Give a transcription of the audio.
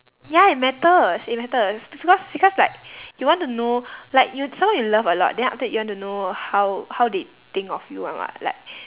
ya it matters it matters because because like you want to know like you someone you love a lot then after that you want to know how how they think of you [one] [what] like